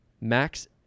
max